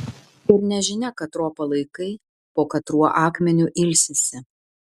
ir nežinia katro palaikai po katruo akmeniu ilsisi